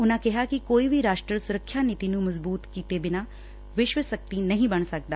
ਉਨ੍ਹਾ ਕਿਹਾ ਕਿ ਕੋਈ ਵੀ ਰਾਸਟਰ ਸੁਰੱਖਿਆ ਨੀਤੀ ਨੂੰ ਮਜ਼ਬੂਤ ਕਰੇ ਬਿਨਾਂ ਵਿਸ਼ਵ ਸ਼ਕਤੀ ਨਹੀਂ ਬਣ ਸਕਦਾ